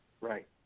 Right